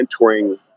mentoring